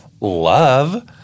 Love